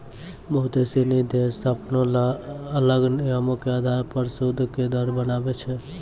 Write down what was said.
बहुते सिनी देश अपनो अलग नियमो के अधार पे सूद के दर बनाबै छै